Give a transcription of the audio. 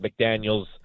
McDaniels